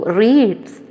reads